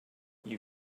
you